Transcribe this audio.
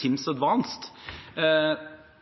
TIMSS Advanced – nå må jeg passe på